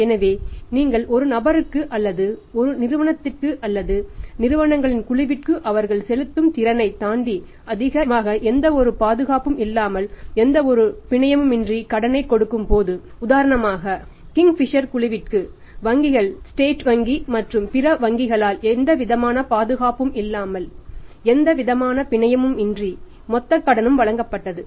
எனவே நீங்கள் ஒரு நபருக்கு அல்லது ஒரு நிறுவனத்திற்கு அல்லது நிறுவனங்களின் குழுவிற்கு அவர்கள் செலுத்தும் திறனைத் தாண்டி அதிக எந்தவொரு பாதுகாப்பும் இல்லாமல் எந்தவொரு பிணையுமின்றி கடனைக் கொடுக்கும்போது உதாரணமாக கிங்ஃபிஷர் குழுவிற்கு வங்கிகள் ஸ்டேட் வங்கி மற்றும் பிற வங்கிகளால் எந்தவிதமான பாதுகாப்பும் இல்லாமல் எந்தவிதமான பிணையுமின்றி மொத்தக் கடனும் வழங்கப்பட்டது